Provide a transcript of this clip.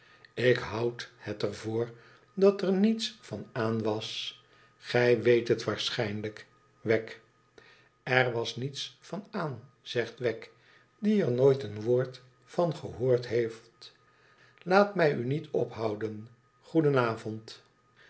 ik houd het er voor dat er niets van aan was gij weet hel waarschijnlijk wegg r was niets van aan zegt wegg die er nooit een woord van gehoord heeft laat mij u niet ophouden goedenavond